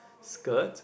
skirt